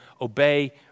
obey